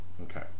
Okay